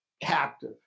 captive